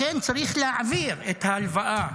לכן צריך להעביר את ההלוואה,